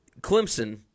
Clemson